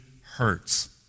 hurts